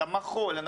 את המחול.